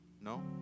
No